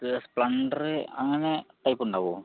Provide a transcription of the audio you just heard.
Splendor അങ്ങനെ type ഉണ്ടാകുമോ